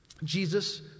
jesus